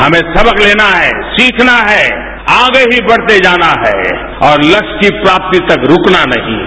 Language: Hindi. हमें सबक लेना है सीखना है आगे ही बढ़ते जाना है और लस्य की प्राप्ति तक रूकना नहीं है